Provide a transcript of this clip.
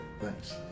thanks